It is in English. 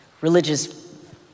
religious